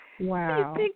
Wow